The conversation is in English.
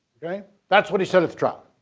that's what he said at the trial.